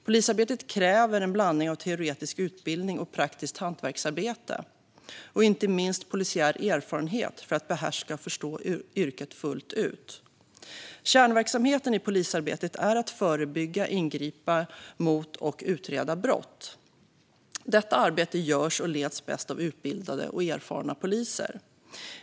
Polisarbete kräver en blandning av teoretisk utbildning och praktiskt hantverk och inte minst polisiär erfarenhet för att behärska och förstå yrket fullt ut. Kärnverksamheten i polisarbetet är att förebygga, ingripa mot och utreda brott. Detta arbete görs och leds bäst av utbildade och erfarna poliser.